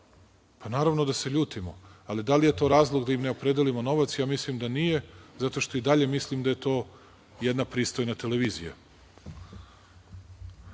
Pa naravno da se ljutimo. A da li je to razlog da im ne opredelimo novac? Ja mislim da nije, zato što i dalje mislim da je to jedna pristojna televizija.